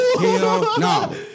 No